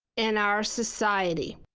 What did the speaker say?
in our society.